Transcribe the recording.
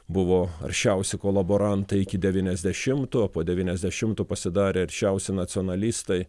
buvo aršiausi kolaborantai iki devyniasdešimtų po devyniasdešimtų pasidarė aršiausi nacionalistai